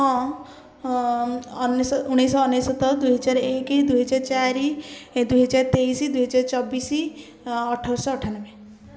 ହଁ ଅନେସ ଉଣେଇଶହ ଅନେସୋତ ଦୁଇ ହଜାର ଏକ ଦୁଇ ହଜାର ଚାରି ଦୁଇ ହଜାର ତେଇଶ ଚବିଶ ଅଠରଶହ ଅଠାନବେ